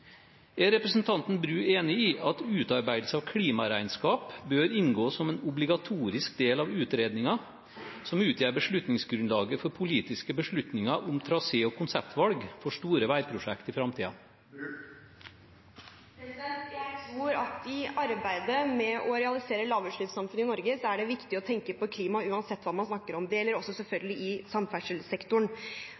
Er representanten Bru enig i at utarbeidelse av klimaregnskap bør inngå som en obligatorisk del av utredninger som utgjør beslutningsgrunnlaget for politiske beslutninger om trasé- og konseptvalg for store veiprosjekter i framtida? Jeg tror at i arbeidet med å realisere lavutslippssamfunnet i Norge er det viktig å tenke på klima uansett hva man snakker om. Det gjelder også